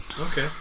okay